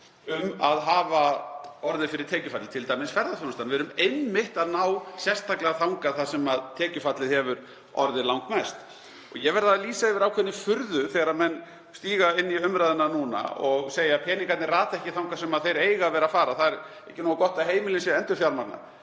að hafa orðið fyrir tekjufalli, t.d. ferðaþjónustan. Við náum einmitt sérstaklega þangað þar sem tekjufallið hefur orðið langmest. Ég verð að lýsa yfir ákveðinni furðu þegar menn stíga inn í umræðuna núna og segja að peningarnir rati ekki þangað sem þeir eiga að vera að fara. Það sé ekki nógu gott að heimilin séu að endurfjármagna.